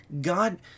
God